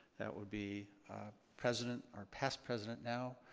that would be president, or past president now,